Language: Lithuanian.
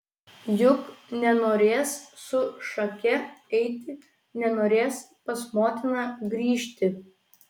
juk nenorės su šake eiti nenorės pas motiną grįžti